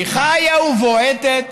היא חיה ובועטת,